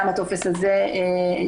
אומרת?